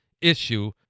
issue